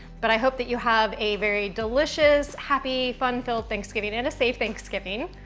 but i hope that you have a very delicious, happy, fun-filled thanksgiving, and a safe thanksgiving.